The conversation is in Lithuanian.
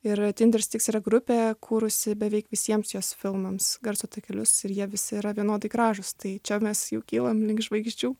ir tindersticks yra grupė kūrusi beveik visiems jos filmams garso takelius ir jie visi yra vienodai gražūs tai čia mes jau kylam link žvaigždžių